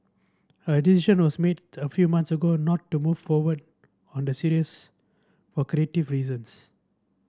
a decision was made a few months ago not to move forward on the series for creative reasons